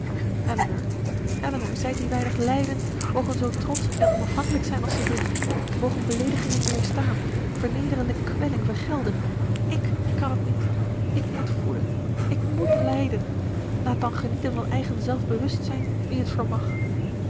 elinor zij die weinig lijden mogen zoo trotsch en onafhankelijk zijn als ze willen mogen beleedigingen weerstaan vernederende kwelling vergelden ik kan het niet ik moet voelen ik moet lijden laat dan genieten van eigen zelfbewustzijn wie het vermag